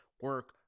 Work